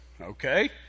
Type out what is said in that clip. okay